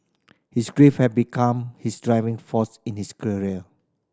his grief had become his driving force in his career